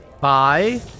Bye